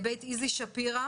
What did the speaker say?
בית איזי שפירא,